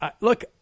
look